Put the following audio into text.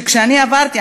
כשאני עברתי,